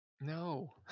No